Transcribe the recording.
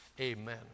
Amen